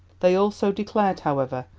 they also declared, however,